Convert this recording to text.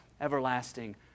everlasting